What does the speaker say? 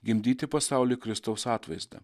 gimdyti pasauliui kristaus atvaizdą